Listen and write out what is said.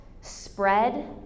spread